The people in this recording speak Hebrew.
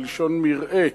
מלשון מרעה,